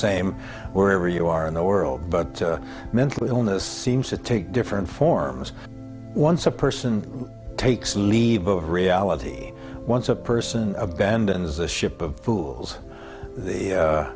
same wherever you are in the world but mental illness seems to take different forms once a person takes leave of reality once a person abandons a ship of fools the